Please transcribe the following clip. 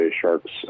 Sharks